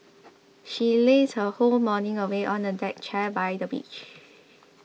she lazed her whole morning away on a deck chair by the beach